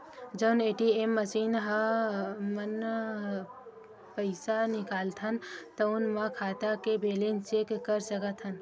जउन ATM machine म हमन पइसा निकालथन तउनो म खाता के बेलेंस चेक कर सकत हन